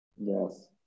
Yes